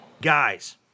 Guys